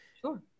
Sure